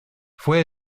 fue